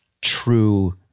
true